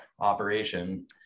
operation